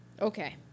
Okay